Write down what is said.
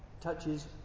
touches